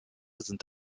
sind